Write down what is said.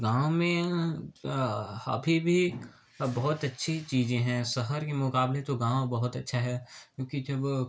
गाँव में अभी भी अब बहुत अच्छी चीज़ें हैं शहर के मुकाबले तो गाँव बहुत अच्छा है क्योंकि जब